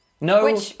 no